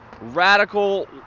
radical